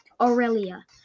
Aurelia